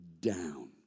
down